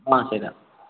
ಹಾಂ